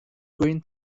green